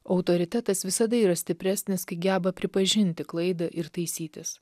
autoritetas visada yra stipresnis kai geba pripažinti klaidą ir taisytis